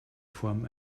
form